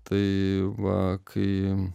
tai va kai